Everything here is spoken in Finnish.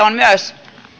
on myös